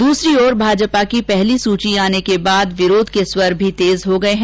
दुसरी ओर भाजपा की पहली सुची आने के बाद विरोध के स्वर भी तेज हो गये हैं